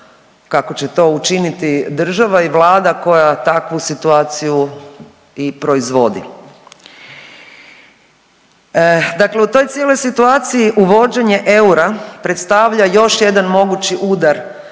kako će to učiniti država i vlada koja takvu situaciju i proizvodi. Dakle u toj cijeloj situaciji uvođenje eura predstavlja još jedan mogući udar